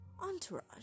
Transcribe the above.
entourage